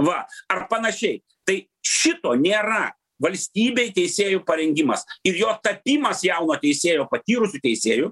va ar panašiai tai šito nėra valstybei teisėjų parengimas ir jo tapimas jauno teisėjo patyrusiu teisėju